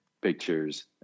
pictures